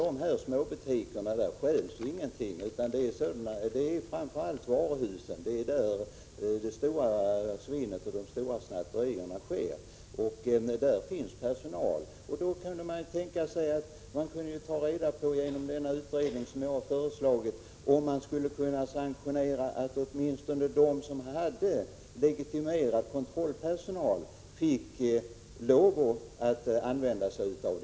Det är inte i småbutikerna som det stjäls utan framför allt i varuhusen. Det är där som det stora svinnet finns och som snatterierna är omfattande. Men där finns också personal för att ta hand om dessa frågor. Den utredning som jag har föreslagit skulle kunna undersöka om det kan sanktioneras att åtminstone de företag som har legitimerad kontrollpersonal får tillstånd att ta ut en snatteriavgift.